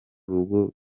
rugo